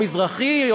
או מזרחי,